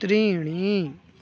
त्रीणि